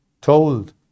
told